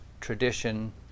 tradition